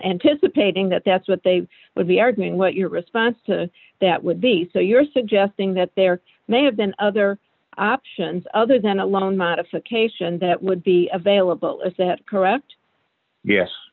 anticipating that that's what they would be arguing what your response to that would be so you're suggesting that there may have been other options other than a loan modification that would be available is that correct yes